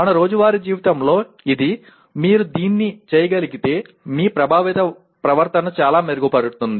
మన రోజువారీ జీవితంలో ఇది మీరు దీన్ని చేయగలిగితే మీ ప్రభావిత ప్రవర్తన చాలా మెరుగుపడుతుంది